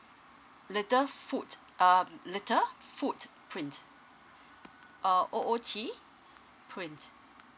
little foot err little foot prints err O O T print